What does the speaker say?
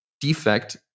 defect